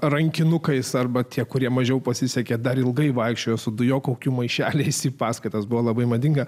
rankinukais arba tie kurie mažiau pasisekė dar ilgai vaikščiojo su dujokaukių maišeliais į paskaitas buvo labai madinga